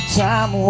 time